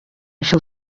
shall